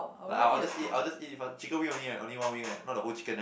I I'll just eat I'll just eat it chicken wing only eh only one wing eh not the whole chicken eh